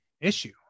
issue